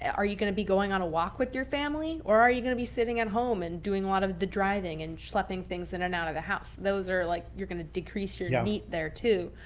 are you going to be going on a walk with your family or are you going to be sitting at home and doing a lot of the driving and schlepping things in and out of the house? those are like, you're going to decrease your yeah meat there too,